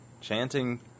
Chanting